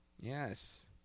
Yes